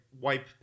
wipe